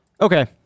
Okay